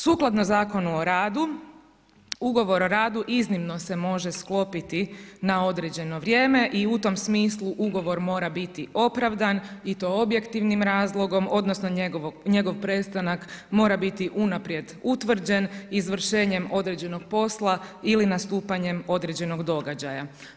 Sukladno Zakonu o radu, ugovor o radu iznimno se može sklopiti na određeno vrijeme i u tom smislu ugovor mora biti opravdan i to objektivnim razlogom, odnosno njegov prestanak mora biti unaprijed utvrđen izvršenjem određenog posla ili nastupanjem određenog događaja.